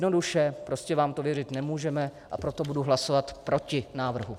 Jednoduše prostě vám to věřit nemůžeme, a proto budu hlasovat proti návrhu.